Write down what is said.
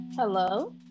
Hello